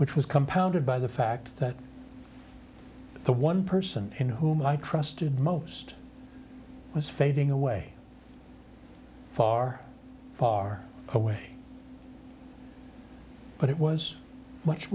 which was compounded by the fact that the one person in whom i trusted most was fading away far far away but it was much